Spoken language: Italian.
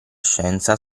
scienza